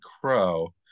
Crow